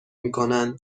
میکنند